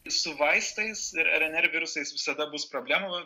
su vaistais ir rnr virusais visada bus problemų